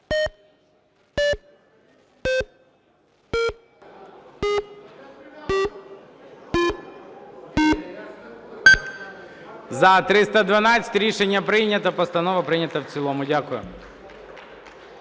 Рішення прийнято. Постанова прийнята в цілому. Дякую.